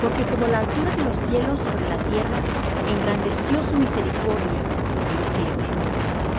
porque como la altura de los cielos sobre la tierra engrandeció su misericordia sobre los que le temen